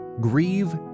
grieve